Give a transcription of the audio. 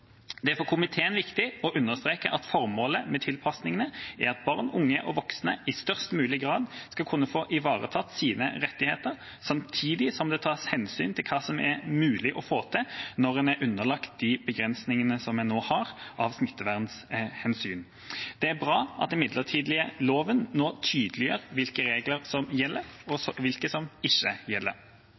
Det er for komiteen viktig å understreke at formålet med tilpasningene er at barn, unge og voksne i størst mulig grad skal kunne få ivaretatt sine rettigheter samtidig som det tas hensyn til hva som er mulig å få til når man er underlagt de begrensningene som man nå har av smittevernhensyn. Det er bra at den midlertidige loven nå tydeliggjør hvilke regler som gjelder og hvilke som ikke gjelder.